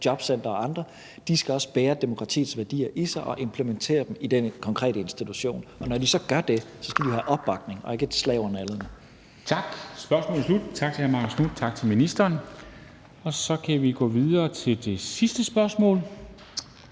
jobcentre og andre også skal bære demokratiets værdier i sig og implementere dem i den konkrete institution. Og når de så gør det, skal de have opbakning og ikke et slag over nallerne. Kl. 14:01 Formanden (Henrik Dam Kristensen): Spørgsmålet er slut. Tak til hr. Marcus Knuth, og tak til ministeren. Så kan vi gå videre til det sidste spørgsmål,